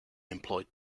employed